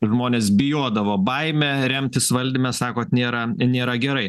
žmonės bijodavo baime remtis valdyme sakot nėra nėra gerai